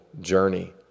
journey